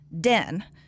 den